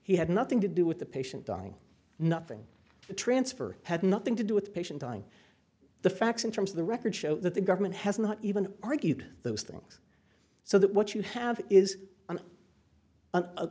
he had nothing to do with the patient dying nothing to transfer had nothing to do with patient on the facts in terms of the record show that the government has not even argued those things so that what you have is an an